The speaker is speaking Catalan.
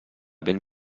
ben